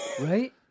Right